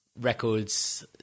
records